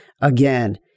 again